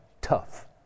tough